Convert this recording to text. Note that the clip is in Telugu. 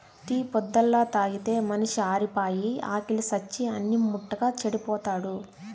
టీ పొద్దల్లా తాగితే మనిషి ఆరిపాయి, ఆకిలి సచ్చి అన్నిం ముట్టక చెడిపోతాడు